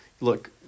look